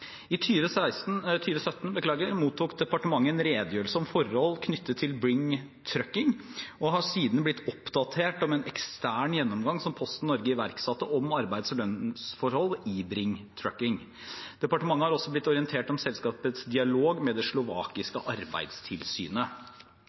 I 2017 mottok departementet en redegjørelse om forhold knyttet til Bring Trucking og har siden blitt oppdatert om en ekstern gjennomgang som Posten Norge iverksatte, av arbeids- og lønnsforhold i Bring Trucking. Departementet har også blitt orientert om selskapets dialog med det